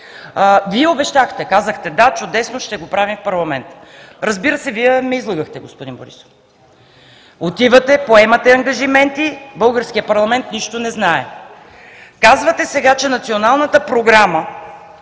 Вие обещахте, казахте – да, чудесно ще го правим в парламента. Разбира се, Вие ме излъгахте, господин Борисов. Отивате, поемате ангажименти. Българският парламент нищо не знае. Казвате сега, че Националната програма